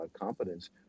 competence